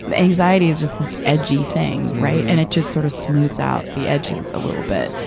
but anxiety is just this edgy thing, right? and it just sort of smooths out the edges a little bit.